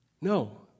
No